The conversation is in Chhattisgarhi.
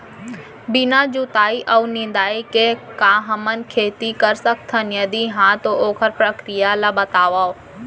बिना जुताई अऊ निंदाई के का हमन खेती कर सकथन, यदि कहाँ तो ओखर प्रक्रिया ला बतावव?